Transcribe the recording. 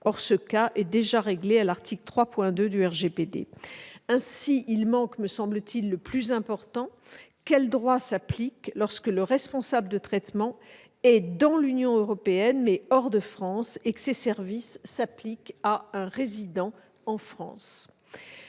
Or ce cas est déjà réglé à l'article 3.2 du RGPD. Ainsi, il manque, me semble-t-il, le plus important. Quel droit s'applique lorsque le responsable de traitement est dans l'Union européenne, mais hors de France, et que ses services s'appliquent à un résident en France